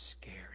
scary